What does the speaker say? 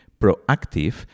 proactive